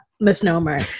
misnomer